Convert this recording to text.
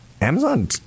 Amazon